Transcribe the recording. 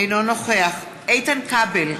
אינו נוכח איתן כבל,